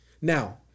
Now